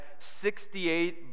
68